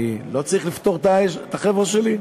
אני לא צריך לפטור את החבר'ה שלי?